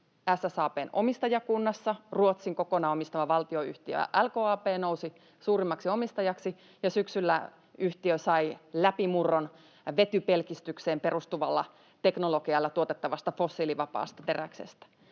SSAB:n omistajakunnassa, Ruotsin kokonaan omistama valtionyhtiö LKAB nousi suurimmaksi omistajaksi, ja syksyllä yhtiö sai läpimurron vetypelkistykseen perustuvalla teknologialla tuotettavasta fossiilivapaasta teräksestä,